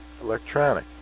electronic